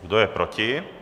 Kdo je proti?